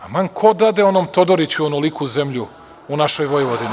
Aman, ko dade onom Todoriću onoliku zemlju u našoj Vojvodini?